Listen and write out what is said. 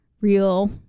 real